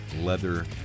leather